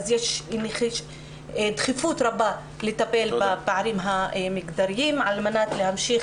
לכן יש דחיפות רבה לטפל בפערים המגדריים על מנת להמשיך